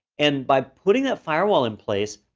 and by putting that firewall in place.